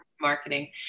marketing